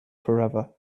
forever